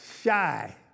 Shy